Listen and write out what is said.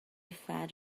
fed